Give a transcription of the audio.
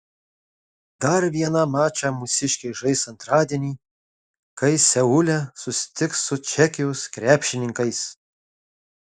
dar vieną mačą mūsiškiai žais antradienį kai seule susitiks su čekijos krepšininkais